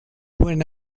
went